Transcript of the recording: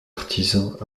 artisan